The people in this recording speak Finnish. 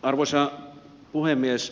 arvoisa puhemies